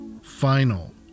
final